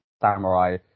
samurai